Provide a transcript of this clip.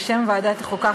בשם ועדת החוקה,